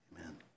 Amen